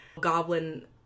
goblin